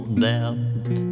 doubt